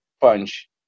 punch